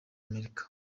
amerika